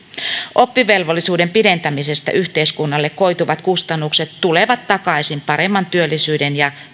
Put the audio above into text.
oppivelvollisuuden pidentämisestä yhteiskunnalle koituvat kustannukset tulevat takaisin paremman työllisyyden ja